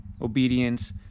obedience